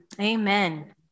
amen